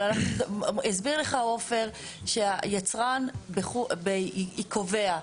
הסביר לך עופר שהיצרן קובע,